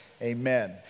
Amen